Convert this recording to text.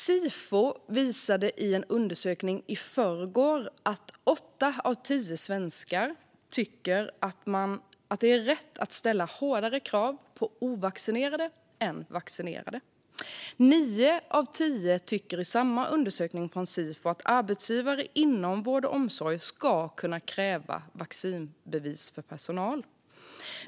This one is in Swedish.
Sifo visade i en undersökning i förrgår att åtta av tio svenskar tycker att det är rätt att ställa hårdare krav på ovaccinerade än på vaccinerade. I samma undersökning från Sifo tycker nio av tio att arbetsgivare inom vård och omsorg ska kunna kräva vaccinbevis för personalen.